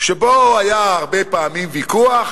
שבו היה הרבה פעמים ויכוח